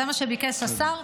זה מה שביקש השר,